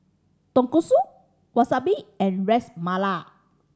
Tonkatsu Wasabi and Ras Malai